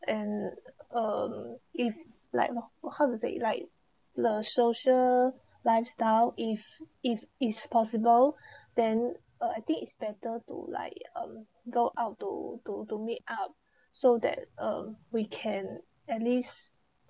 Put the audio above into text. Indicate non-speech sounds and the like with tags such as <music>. and uh if like how to say like the social lifestyle if if is possible <breath> then uh I think it's better to like um go out to to to meet up so that um we can at least